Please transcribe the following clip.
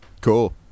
Cool